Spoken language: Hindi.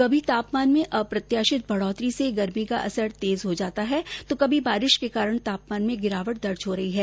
कभी तापमान में अप्रत्याशित बढोतरी से गर्मी का असर तेज हो जाता है तो कभी बारिश के कारण तापमान में गिरावट दर्ज हो रही है